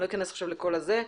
אני לא אכנס עכשיו לכל זה.